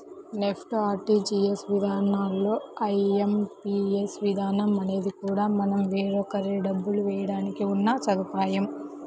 NEFT, RTGS విధానాల్లానే IMPS విధానం అనేది కూడా మనం వేరొకరికి డబ్బులు వేయడానికి ఉన్న సదుపాయం